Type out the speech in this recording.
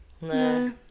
No